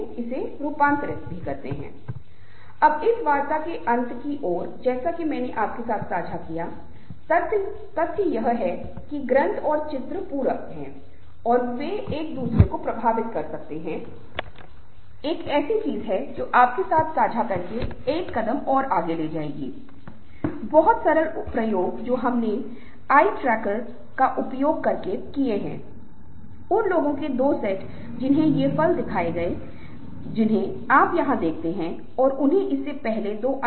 यदि कुछ अधिक की आवश्यकता होती है तो कुछ और चरणों की आवश्यकता होती है कुछ और चर्चा की आवश्यकता होती है बाहरी एजेंसियों से कुछ मदद की आवश्यकता होती है ठीक है सब कुछ किया जाना चाहिए क्योंकि समूह का अंतिम उद्देश्य यह है कि लक्ष्य कैसे प्राप्त किया जाए काम कैसे प्राप्त किया जाए दूसरे को कैसे समझाना है साथ में कैसे काम करना है ताकि हम सफल हों